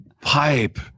Pipe